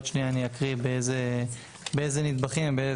עוד שנייה אני אקריא באיזה נדבכים ובאיזה